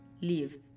leave